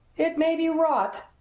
it may be rot,